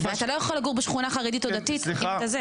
ואתה לא יכול לגור בשכונה חרדית או דתית.